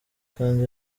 kandi